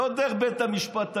לא דרך בית המשפט העליון,